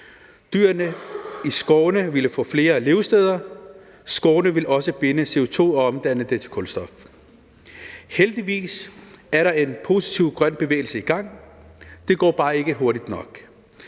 Dyrene i skovene ville få flere levesteder, og skovene ville også binde CO2 og omdanne det til kulstof. Heldigvis er der en positiv grøn bevægelse i gang. Det går bare ikke hurtigt nok.